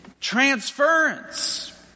transference